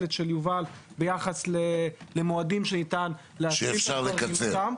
המינהלת ושל יובל ביחד למועדים שניתן להגיע אליהם.